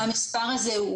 המספר הזה,